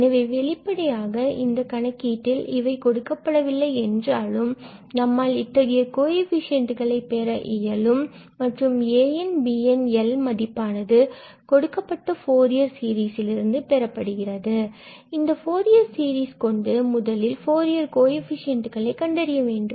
எனவே வெளிப்படையாக இந்த கணக்கில் கொடுக்கப்படவில்லை என்றாலும் நம்மால் இத்தகைய கோஎஃபிசியண்டுகளை பெற இயலும் மற்றும் anbn L மதிப்பானது கொடுக்கப்பட்ட ஃபூரியர் சீரிஸ் இல் இருந்து பெறப்படுகிறது இந்த ஃபூரியர் சீரிஸ் கொண்டு முதலில் ஃபூரியர் கோஎஃபிசியண்டுகளை கண்டறிய வேண்டும்